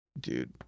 Dude